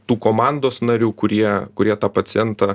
tų komandos narių kurie kurie tą pacientą